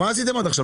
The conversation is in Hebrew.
מה עשיתם עד עכשיו?